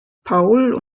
paul